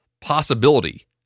possibility